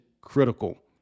critical